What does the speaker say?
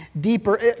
deeper